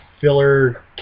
filler